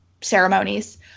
ceremonies